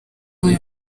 uyu